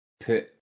put